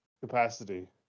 capacity